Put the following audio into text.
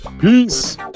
Peace